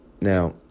Now